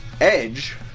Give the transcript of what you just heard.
Edge